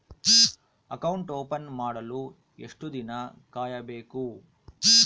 Account open ಮಾಡಲು ಎಷ್ಟು ದಿನ ಕಾಯಬೇಕು?